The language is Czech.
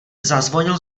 zazvonil